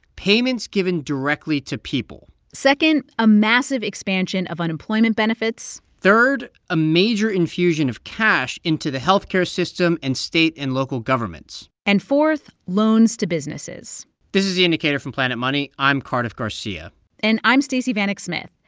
payments given directly to people second, a massive expansion of unemployment benefits third, a major infusion of cash into the health care system and state and local governments and fourth, loans to businesses this is the indicator from planet money. i'm cardiff garcia and i'm stacey vanek smith.